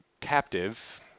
captive